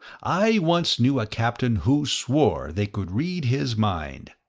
i once knew a captain who swore they could read his mind.